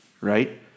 right